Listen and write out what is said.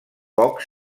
poc